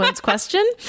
question